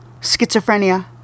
Schizophrenia